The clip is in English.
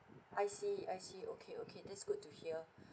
I see I see okay okay that's good to hear